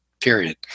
period